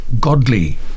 godly